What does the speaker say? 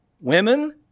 Women